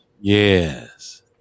Yes